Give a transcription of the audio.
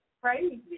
crazy